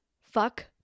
fuck